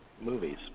movies